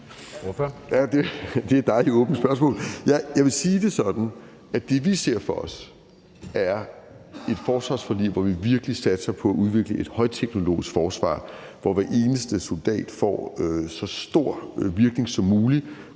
Det er et dejlig åbent spørgsmål. Jeg vil sige det sådan, at det, vi ser for os, er et forsvarsforlig, hvor vi virkelig satser på at udvikle et højteknologisk forsvar, hvor hver eneste soldat får så stor virkning som muligt